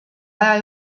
aja